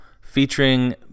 featuring